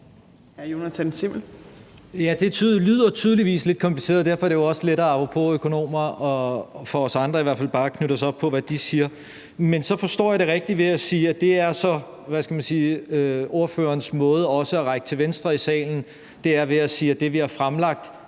det lyder klart lidt kompliceret, og derfor er det jo også lettere – apropos økonomer – for os andre bare at læne os op ad, hvad de siger. Men forstår jeg det rigtigt, når jeg siger, at det så er ordførerens måde også at række ud til venstre side i salen på at sige, at det, man har fremlagt,